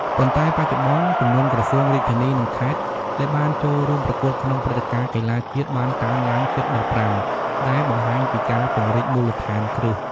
ប៉ុន្តែបច្ចុប្បន្ន ចំនួនក្រសួង រាជធានី និង ខេត្ត ដែលបានចូលរួមប្រកួតក្នុងព្រឹត្តិការណ៍កីឡាជាតិបានកើនឡើងជិត១៥ ដែលបង្ហាញពីការពង្រីកមូលដ្ឋានគ្រឹះ។